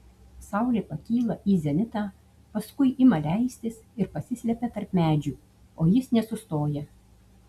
saulė pakyla į zenitą paskui ima leistis ir pasislepia tarp medžių o jis nesustoja